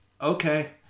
okay